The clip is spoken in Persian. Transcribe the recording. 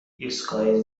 ایستگاه